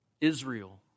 Israel